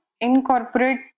incorporate